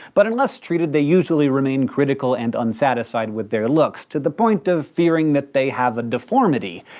but, unless treated, they usually remain critical and unsatisfied with their looks, to the point of fearing that they have a deformity.